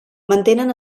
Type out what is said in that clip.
mantenen